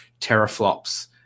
teraflops